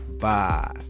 Bye